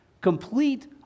Complete